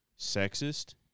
sexist